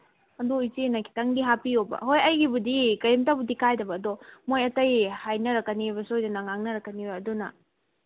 ꯑꯗꯨ ꯏꯆꯦꯅ ꯈꯤꯇꯪꯗꯤ ꯍꯥꯞꯄꯤꯌꯨꯕ ꯍꯣꯏ ꯑꯩꯒꯤꯕꯨꯗꯤ ꯀꯩꯝꯇꯕꯨꯗꯤ ꯀꯥꯏꯗꯕ ꯑꯗꯣ ꯃꯣꯏ ꯑꯇꯩ ꯍꯥꯏꯅꯔꯛꯀꯅꯦꯕ ꯁꯣꯏꯗꯅ ꯉꯥꯡꯅꯔꯛꯀꯅꯦꯕ ꯑꯗꯨꯅ